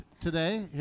today